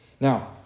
Now